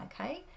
okay